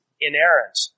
inerrant